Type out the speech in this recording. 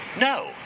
No